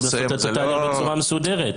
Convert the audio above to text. רוצים לעשות את התהליך בצורה מסודרת.